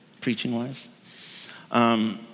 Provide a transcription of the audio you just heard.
preaching-wise